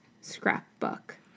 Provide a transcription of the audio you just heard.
scrapbook